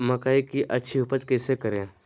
मकई की अच्छी उपज कैसे करे?